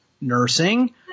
nursing